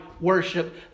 worship